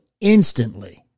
instantly